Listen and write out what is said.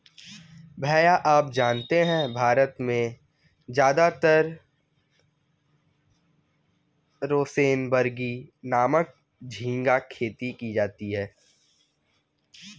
भैया आप जानते हैं भारत में ज्यादातर रोसेनबर्गी नामक झिंगा खेती की जाती है